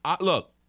Look